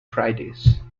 fridays